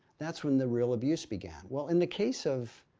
that's when the real abuse began. well, in the case of.